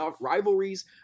rivalries